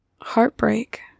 heartbreak